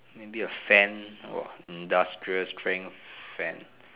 maybe a fan or a industrial strength fan